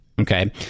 Okay